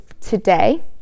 today